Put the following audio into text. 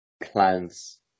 plans